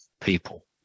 people